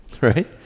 right